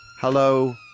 Hello